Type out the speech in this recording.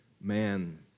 man